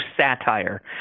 satire